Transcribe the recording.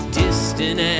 distant